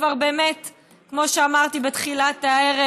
כמו שאמרתי כבר בתחילת הערב,